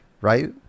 right